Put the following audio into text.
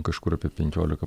kažkur apie penkiolika